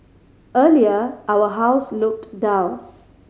earlier our house looked dull